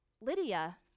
Lydia